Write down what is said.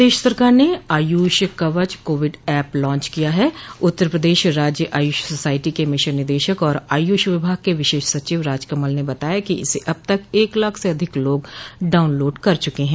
प्रदेश सरकार ने Ayush Kavach Covid app launch किया है उत्तर प्रदेश राज्य आयुष सोसायटी के मिशन निदेशक और आयूष विभाग के विशेष सचिव राज कमल ने बताया कि इसे अब तक एक लाख से अधिक लोग डाउनलोड कर चुके हैं